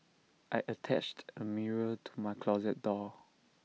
I attached A mirror to my closet door